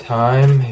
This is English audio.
time